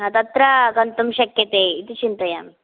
तत्र गन्तुं शक्यते इति चिन्तयामि